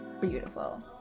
beautiful